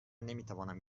نمیتوانم